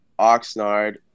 Oxnard